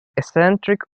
eccentric